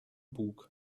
bug